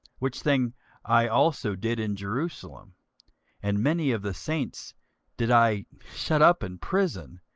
which thing i also did in jerusalem and many of the saints did i shut up in prison,